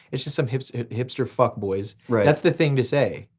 it's just some hipster hipster fuckboys. right. that's the thing to say.